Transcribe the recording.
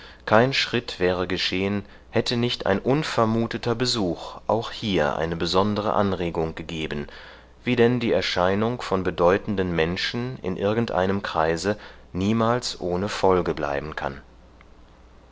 kein schritt wäre geschehen hätte nicht ein unvermuteter besuch auch hier eine besondere anregung gegeben wie denn die erscheinung von bedeutenden menschen in irgendeinem kreise niemals ohne folge bleiben kann